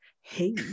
Hey